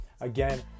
Again